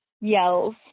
yells